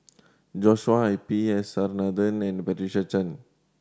Joshua I P S R Nathan and Patricia Chan